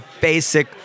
basic